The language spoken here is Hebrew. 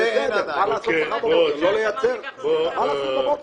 מה לעשות מחר בבוקר?